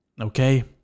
Okay